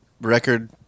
record